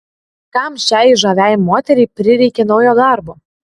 kam šiai žaviai moteriai prireikė naujo darbo